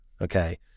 okay